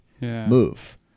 move